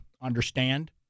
understand